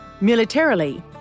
Militarily